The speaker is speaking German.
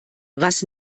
was